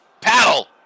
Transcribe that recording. paddle